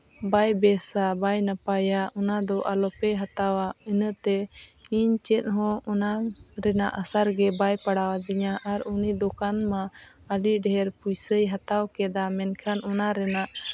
ᱵᱟᱭ ᱵᱮᱥᱼᱟ ᱵᱟᱭ ᱱᱟᱯᱟᱭᱟ ᱚᱱᱟᱫᱚ ᱟᱞᱚ ᱯᱮ ᱦᱟᱛᱟᱣᱟ ᱤᱱᱟᱹ ᱛᱮ ᱤᱧ ᱪᱮᱫ ᱦᱚᱸ ᱚᱱᱟ ᱨᱮᱱᱟᱜ ᱮᱥᱮᱨ ᱜᱮ ᱵᱟᱭ ᱯᱟᱲᱟᱣ ᱟᱹᱫᱤᱧᱟ ᱟᱨ ᱩᱱᱤ ᱫᱚᱠᱟᱱ ᱢᱟ ᱟᱹᱰᱤ ᱰᱷᱮᱨ ᱯᱚᱭᱥᱟᱭ ᱦᱟᱛᱟᱣ ᱠᱮᱫᱟ ᱢᱮᱱᱠᱷᱟᱱ ᱚᱱᱟ ᱨᱮᱱᱟᱜ